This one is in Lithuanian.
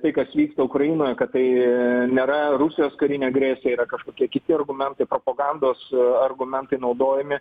tai kas vyksta ukrainoje kad tai nėra rusijos karinė agresija yra kažkokie kiti argumentai propagandos argumentai naudojami